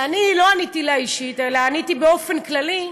ואני לא עניתי לה אישית אלא עניתי באופן כללי,